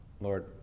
Lord